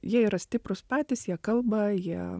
jie yra stiprūs patys jie kalba jie